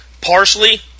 parsley